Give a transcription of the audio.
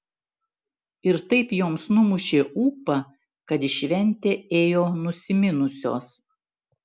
ir taip joms numušė ūpą kad į šventę ėjo nusiminusios